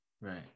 Right